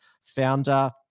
founder